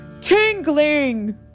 tingling